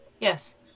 Yes